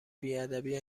بیادبی